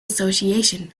association